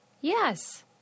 Yes